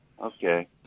Okay